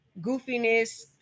goofiness